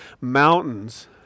mountains